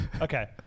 Okay